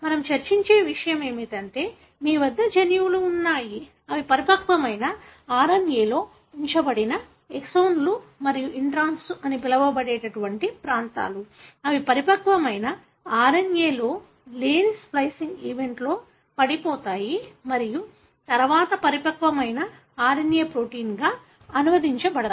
మనం చర్చించిన విషయం ఏమిటంటే మీ వద్ద జన్యువులు ఉన్నాయి ఇవి పరిపక్వమైన RNA లో ఉంచబడిన ఎక్సోన్లు మరియు ఇంట్రాన్స్ అని పిలువబడే ప్రాంతాలు అవి పరిపక్వమైన RNA లో లేని స్ప్లికింగ్ ఈవెంట్లో విడిపోతాయి మరియు తరువాత పరిపక్వమైన RNA ప్రోటీన్గా అనువదించబడ్డాయి